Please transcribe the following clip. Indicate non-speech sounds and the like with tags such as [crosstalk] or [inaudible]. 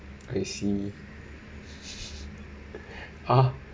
I see [laughs] !huh!